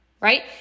right